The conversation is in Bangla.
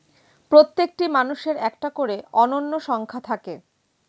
প্রত্যেকটি মানুষের একটা করে অনন্য সংখ্যা থাকে